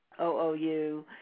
OOU